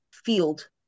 field